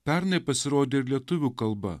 pernai pasirodė ir lietuvių kalba